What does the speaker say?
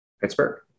Pittsburgh